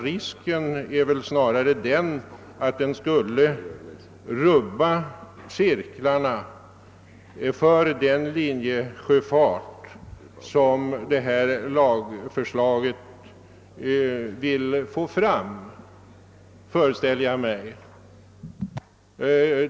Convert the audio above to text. Risken är väl snarare att den skulle rubba cirklarna för den linjesjöfart som detta lagförslag vill främja.